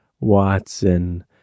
Watson